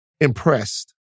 impressed